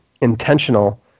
intentional